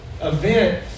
event